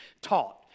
taught